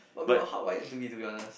but we were hardwired to be to be honest